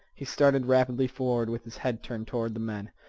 he started rapidly forward, with his head turned toward the men,